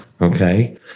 Okay